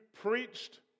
preached